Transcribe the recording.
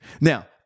Now